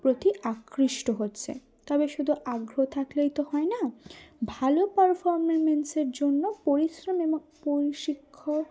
প্রতি আকৃষ্ট হচ্ছে তবে শুধু আগ্রহ থাকলেই তো হয় না ভালো পারফরমেন্সের জন্য পরিশ্রম এবং পরিশিক্ষক